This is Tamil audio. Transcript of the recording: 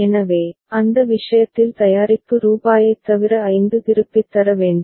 எனவே அந்த விஷயத்தில் தயாரிப்பு ரூபாயைத் தவிர 5 திருப்பித் தர வேண்டும்